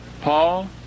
Paul